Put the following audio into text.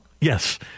Yes